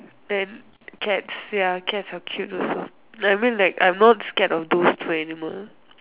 then cats ya cats are cute also I mean like I'm not scared of those two animals